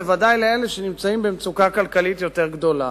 בוודאי לאלה שנמצאים במצוקה כלכלית יותר גדולה,